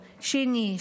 שני,